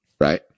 right